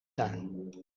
tuin